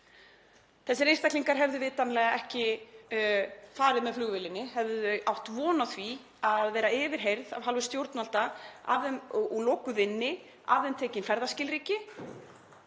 von á þeim. Þau hefðu vitanlega ekki farið með flugvélinni hefðu þau átt von á því að vera yfirheyrð af hálfu stjórnvalda og lokuð inni, af þeim tekin ferðaskilríki,